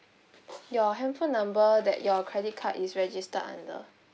your handphone number that your credit card is registered under